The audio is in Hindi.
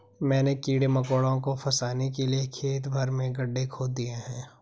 मैंने कीड़े मकोड़ों को फसाने के लिए खेत भर में गड्ढे खोद दिए हैं